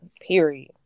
Period